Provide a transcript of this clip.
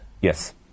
Yes